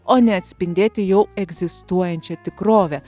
o ne atspindėti jau egzistuojančią tikrovę